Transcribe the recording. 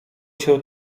się